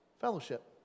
fellowship